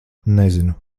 nezinu